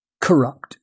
corrupt